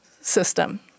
system